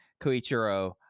Koichiro